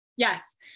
Yes